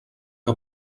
que